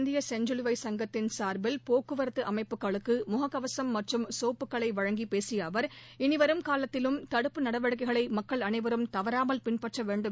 இந்திய செஞ்சிலுவைச் சங்கத்தின் சார்பில் போக்குவரத்து அமைப்புக்களுக்கு முககவசம் மற்றும் சோப்புக்களை வழங்கிப்பேசிய அவர் இனி வரும் கூலத்திலும் தடுப்பு நடவடிக்கைகளை மக்கள் அனைவரும் தவறாமல் பின்பற்ற வேண்டும் என்று கேட்டுக் கொண்டார்